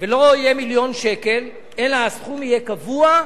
ולא יהיה מיליון שקל, אלא הסכום יהיה קבוע,